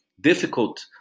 difficult